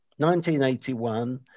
1981